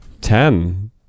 Ten